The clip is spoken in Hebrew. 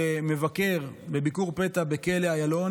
כמבקר בביקור פתע בכלא איילון,